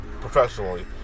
professionally